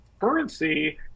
Currency